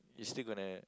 you still gonna